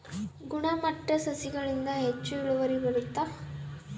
ಗುಣಮಟ್ಟ ಸಸಿಗಳಿಂದ ಹೆಚ್ಚು ಇಳುವರಿ ಬರುತ್ತಾ?